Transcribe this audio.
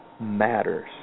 matters